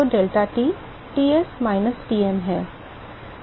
तो delta Ts minus Tm है